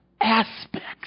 aspects